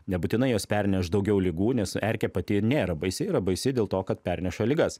nebūtinai jos perneš daugiau ligų nes erkė pati nėra baisi yra baisi dėl to kad perneša ligas